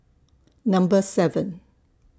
Number seven